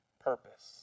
purpose